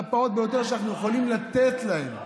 הפעוט ביותר שאנחנו יכולים לתת להם,